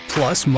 Plus